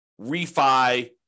refi